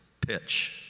pitch